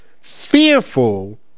fearful